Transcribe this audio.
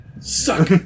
Suck